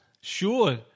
sure